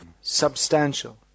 substantial